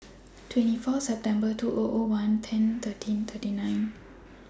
twenty four September two thousand and one ten thirteen thirty nine